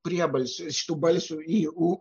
priebalsių iš tų balsių i u